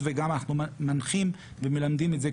דבר שבחקיקה,